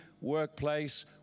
workplace